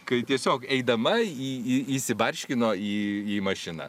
kai tiesiog eidama į į įsibarškino į mašiną